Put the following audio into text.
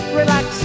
relax